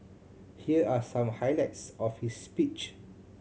here are some highlights of his speech